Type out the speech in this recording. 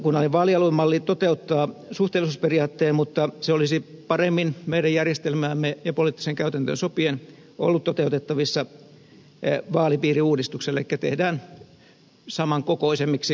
valtakunnallinen vaalialuemalli toteuttaa suhteellisuusperiaatteen mutta se olisi paremmin meidän järjestelmäämme ja poliittiseen käytäntöön sopien ollut toteutettavissa vaalipiiriuudistuksella elikkä tehdään samankokoisemmiksi vaalipiirejä